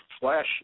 flash